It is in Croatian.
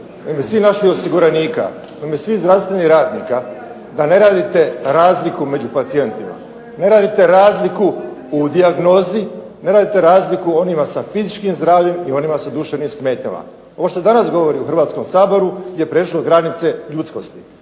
ime svih naših osiguranika, u ime svih zdravstvenih djelatnika da ne radite razliku među pacijentima, ne radite razliku u dijagnozi, ne radite razliku onima sa fizičkim zdravljem i onima sa duševnim smetnjama. Ovo što se danas govori u Hrvatskom saboru je prešlo granice ljudskosti,